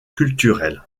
culturels